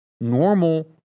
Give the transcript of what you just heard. normal